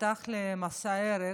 שפתח במסע הרג,